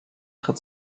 tritt